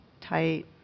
tight